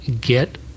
get